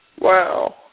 Wow